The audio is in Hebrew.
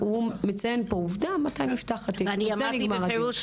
הוא מציין פה עובדה מתי נפתח התיק בזה נגמר הדיון.